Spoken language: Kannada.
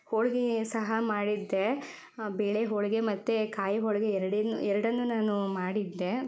ಹೋಳಿಗೆ ಸಹ ಮಾಡಿದ್ದೆ ಬೇಳೆ ಹೋಳಿಗೆ ಮತ್ತು ಕಾಯಿ ಹೋಳಿಗೆ ಎರಡನ್ನು ಎರಡನ್ನೂ ನಾನು ಮಾಡಿದ್ದೆ